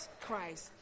Christ